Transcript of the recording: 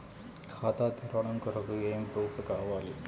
ఖాతా తెరవడం కొరకు ఏమి ప్రూఫ్లు కావాలి?